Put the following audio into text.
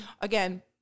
again